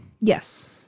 Yes